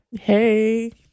Hey